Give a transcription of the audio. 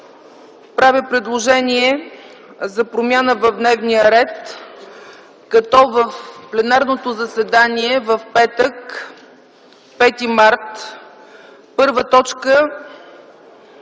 правя предложение за промяна в дневния ред, като в пленарното заседание в петък, 5 март 2010 г.,